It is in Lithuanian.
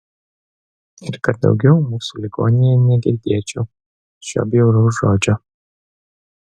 ir kad daugiau mūsų ligoninėje negirdėčiau šio bjauraus žodžio